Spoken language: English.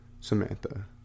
Samantha